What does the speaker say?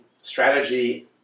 strategy